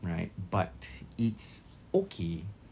right but it's okay